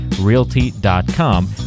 realty.com